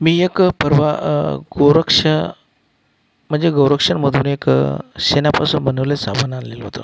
मी एक परवा गोरक्षा म्हणजे गोरक्षामधून एक शेणापासून बनवलेलं साबण आणलेलं होतं